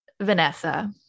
vanessa